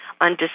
on